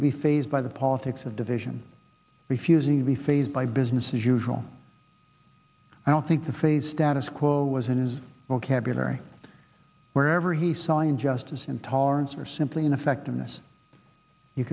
to be fazed by the politics of division refusing to be fazed by business as usual i don't think the phase status quo was in his vocabulary wherever he saw injustice intolerance or simply ineffectiveness you